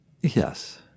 Yes